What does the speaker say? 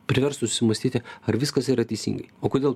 priverstų susimąstyti ar viskas yra teisingai o kodėl